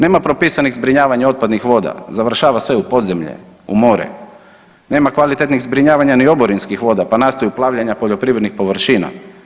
Nema propisanih zbrinjavanja otpadnih voda, završava sve u podzemlje, u more, nema kvalitetnih zbrinjavanja ni oborinskih voda, pa nastaju plavljena poljoprivrednih površina.